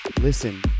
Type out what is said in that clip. Listen